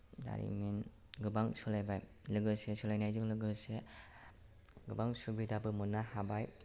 दारिमिन गोबां सोलायबाय लोगोसे सोलायनायजों लोगोसे गोबां सुबिदाबो मोननो हाबाय